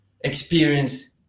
experience